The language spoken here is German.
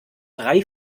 drei